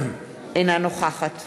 אינה נוכחת